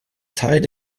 tied